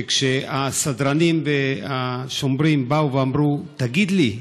כשהסדרנים והשומרים אמרו: תגיד לי,